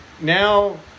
now